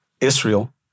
Israel